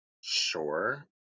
Sure